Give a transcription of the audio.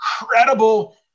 incredible